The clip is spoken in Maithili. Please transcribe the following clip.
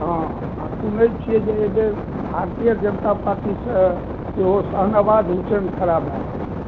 हँ आ सुनै छियै जे एहि बेर भारतीय जनता पार्टीसॅं इहो शहनवाज़ हुसैन खड़ा भए रहल यऽ